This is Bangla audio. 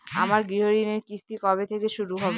আমার গৃহঋণের কিস্তি কবে থেকে শুরু হবে?